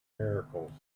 miracles